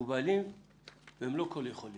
מוגבלים והם לא כל יכולים.